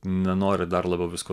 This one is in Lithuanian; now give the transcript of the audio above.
nenori dar labiau visko